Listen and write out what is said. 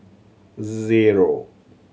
zero